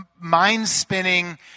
mind-spinning